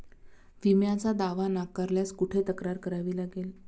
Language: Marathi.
विम्याचा दावा नाकारल्यास कुठे तक्रार करावी लागेल?